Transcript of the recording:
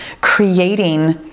creating